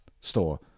store